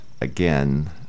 again